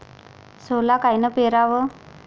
सोला कायनं पेराव?